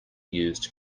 used